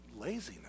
Laziness